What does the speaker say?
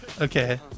Okay